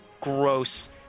gross